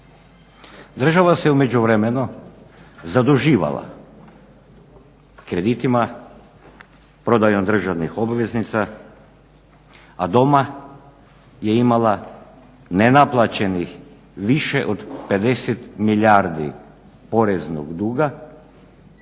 Država se u međuvremenu zaduživala kreditima, prodajom državnih obveznica, a doma je imala nenaplaćenih više od 50 milijardi poreznog duga